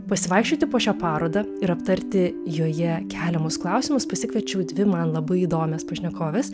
pasivaikščioti po šią parodą ir aptarti joje keliamus klausimus pasikviečiau dvi man labai įdomias pašnekoves